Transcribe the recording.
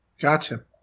Gotcha